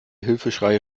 hilfeschreie